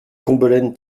combelaine